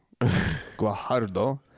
guajardo